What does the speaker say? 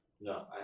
No